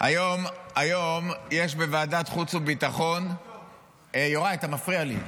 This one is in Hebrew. היום יש בוועדת חוץ וביטחון, יוראי, אתה מפריע לי.